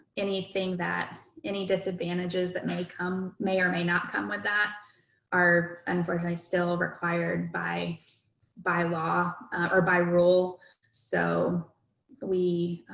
anything that any disadvantages that may come may or may not come with that are unfortunately still required by by law or by rule so we